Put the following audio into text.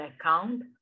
account